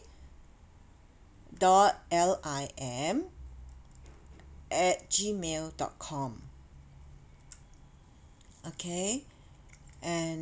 dot L I M at gmail dot com okay and